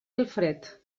alfred